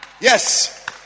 Yes